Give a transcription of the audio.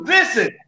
Listen